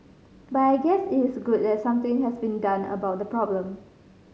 but I guess it is good that something has been done about the problem